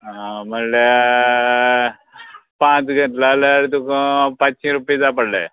म्हणल्या पांच घेतलो जाल्यार तुका पांचशी रुपया जाय पडले